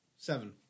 seven